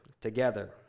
together